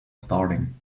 starting